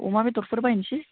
अमा बेदरफोर बायनोसै